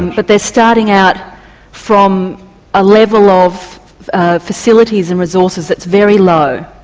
but they're starting out from a level of facilities and resources that's very low.